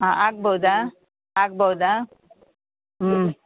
ಆ ಆಗ್ಬೋದಾ ಆಗ್ಬೋದಾ ಹ್ಞೂ